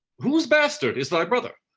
whose bastard is thy brother?